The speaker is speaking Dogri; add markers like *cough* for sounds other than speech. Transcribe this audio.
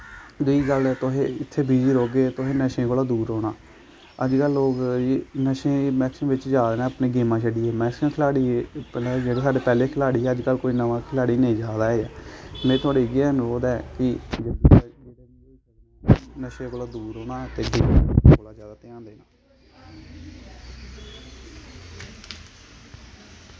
रेही गल्ल तुसें इत्थें बिजी रौह्गे तुसें नशें कोला दूर रौह्ना अजकल्ल लोग नशे मैक्सिमम च जा दे न अपनी गेमां छोड्डियै मैक्सिमम खलाड़ी पैह्लें साढ़े जेह्ड़े पैह्लें खलाड़ी हे अजकल्ल कोई नमां खलाड़ी नेईं जा दा ऐ मेरा *unintelligible* इ'यै अनुरोध ऐ कि नशे कोला दूर रौह्ना ते